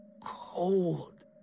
Cold